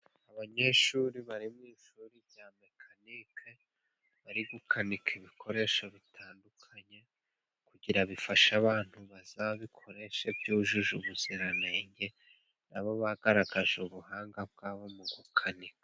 Abanyeshuri bari mu ishuri rya mekanike bari gukanika ibikoresho bitandukanye, kugira bifashe abantu bazabikoresha byujuje ubuziranenge, na bo bagaragaje ubuhanga bwabo mu gukanika.